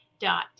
dot